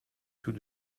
tout